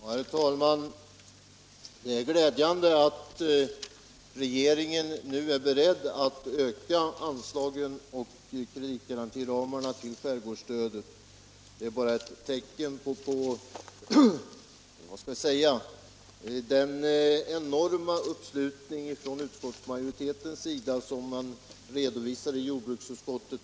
Herr talman! Det är glädjande att regeringen nu är beredd att öka bidragen och kreditgarantiramarna beträffande skärgårdsstödet. I jordbruksutskottet visade man verkligen inte någon enorm uppslutning kring vårt förslag.